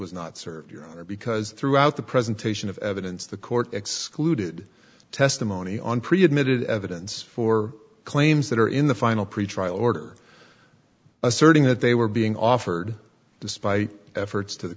was not served your honor because throughout the presentation of evidence the court excluded testimony on pretty admitted evidence for claims that are in the final pretrial order asserting that they were being offered despite efforts to the